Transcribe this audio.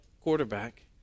quarterback